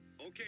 Okay